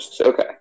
okay